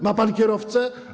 Ma pan kierowcę?